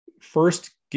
first